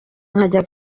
nkajya